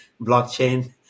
blockchain